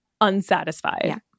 unsatisfied